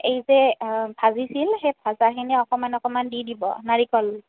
এইযে ভাজিছিল সেই ভাজাখিনি অকণমান অকণমান দি দিব নাৰিকল